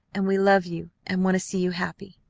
and we love you and want to see you happy.